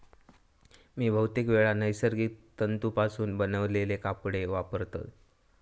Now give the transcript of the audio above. मी बहुतेकवेळा नैसर्गिक तंतुपासून बनवलेले कपडे वापरतय